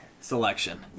selection